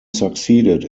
succeeded